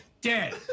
Dead